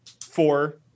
four